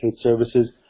Services